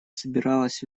собиралась